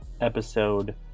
episode